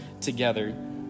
together